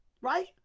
right